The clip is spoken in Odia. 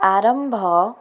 ଆରମ୍ଭ